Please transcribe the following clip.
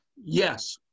Yes